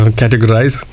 categorize